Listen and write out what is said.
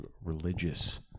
religious